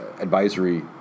Advisory